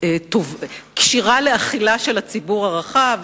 כשירה למאכל וקלה לצפיית הציבור הרחב,